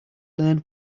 learn